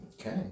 Okay